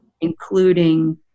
including